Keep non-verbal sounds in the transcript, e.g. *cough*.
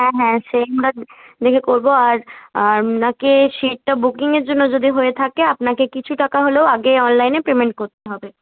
হ্যাঁ হ্যাঁ সে *unintelligible* দেখে করবো আর আপনাকে সিটটা বুকিংয়ের জন্য যদি হয়ে থাকে আপনাকে কিছু টাকা হলেও আগে অনলাইনে পেমেন্ট করতে হবে